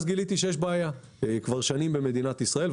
אז גיליתי שיש בעיה כבר שנים במדינת ישראל.